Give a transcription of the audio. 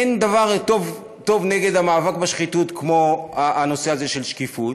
אין דבר טוב נגד המאבק בשחיתות כמו הנושא הזה של שקיפות,